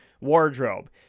wardrobe